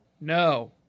No